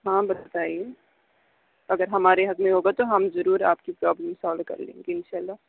ہاں بتائیے اگر ہمارے حق میں ہوگا تو ہم ضرور آپ کی پرابلم سالو کر لیں گے انشاء اللہ